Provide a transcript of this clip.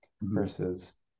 versus